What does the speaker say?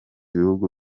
ibihugu